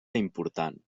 important